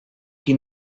qui